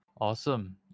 awesome